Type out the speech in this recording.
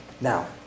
now